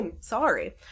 Sorry